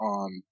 on